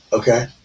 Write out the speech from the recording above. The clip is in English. Okay